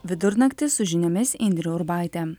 vidurnaktį su žiniomis indrė urbaitė